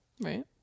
Right